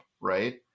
right